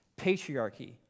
Patriarchy